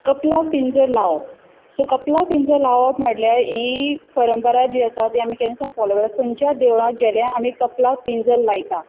कपलाक पिंजर लावप कपलाक पिंजर लावप म्हटल्यार ही परंपरा जी आसा ती आमी केन्ना सावन फोलो करता खंयच्याय देवळांत गेले आमी कपलाक पिंजर लायता